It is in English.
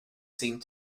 seemed